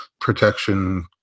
protection